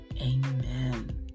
Amen